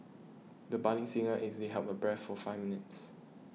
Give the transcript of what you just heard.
the budding singer easily held her breath for five minutes